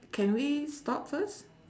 can we stop first